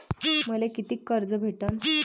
मले कितीक कर्ज भेटन?